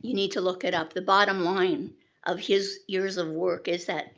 you need to look it up, the bottom line of his years of work is that